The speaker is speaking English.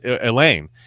Elaine